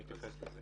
נתייחס.